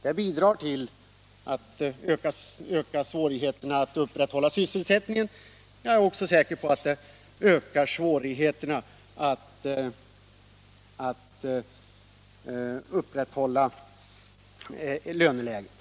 Det ökar svårigheterna att upprätthålla sysselsättningen. Jag är också säker på att det ökar svårigheterna att upprätthålla löneläget.